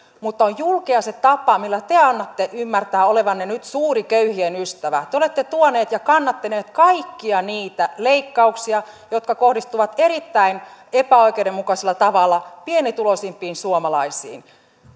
mutta on julkea se tapa millä te annatte ymmärtää olevanne nyt suuri köyhien ystävä te olette tuoneet ja kannattaneet kaikkia niitä leikkauksia jotka kohdistuvat erittäin epäoikeudenmukaisella tavalla pienituloisimpiin suomalaisiin